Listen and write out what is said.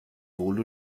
wohl